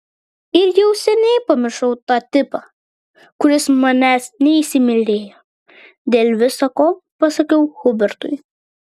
ir jau seniai pamiršau tą tipą kuris manęs neįsimylėjo dėl visa ko pasakiau hubertui